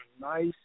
nice